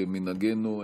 כמנהגנו,